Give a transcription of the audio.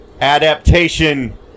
adaptation